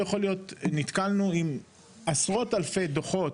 נתקלנו עם עשרות אלפי דוחות,